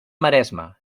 maresme